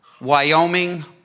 Wyoming